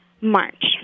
March